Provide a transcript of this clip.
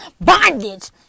bondage